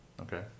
okay